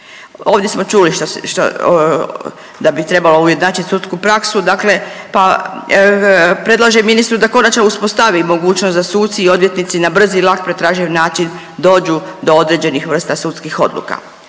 Ovdje smo čuli da bi trebalo ujednačiti sudsku praksu, dakle pa predlažem ministru da konačno uspostavi mogućnost da suci i odvjetnici na brz i lak pretraživ način dođu do određenih vrsta sudskih odluka.